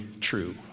true